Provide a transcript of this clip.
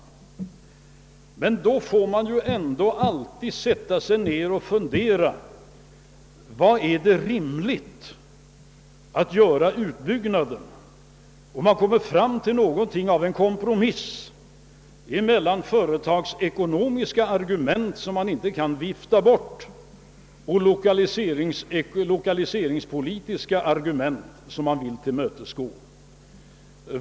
Emellertid får man ju alltid sätta sig ned och fundera: Var är det rimligt att göra utbyggnaden? Man kommer då fram till någonting av en kompromiss emelian företagsekonomiska argument som man inte kan vifta bort och lokaliseringspolitiska argument som man vill tillmötesgå.